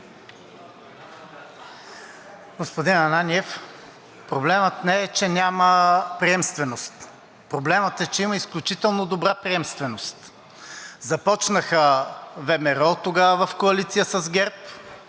Господин Ананиев, проблемът не е, че няма приемственост, проблемът е, че има изключително добра приемственост. Започнаха ВМРО тогава в коалиция с ГЕРБ